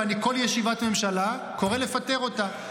ואני כל ישיבת ממשלה קורא לפטר אותה,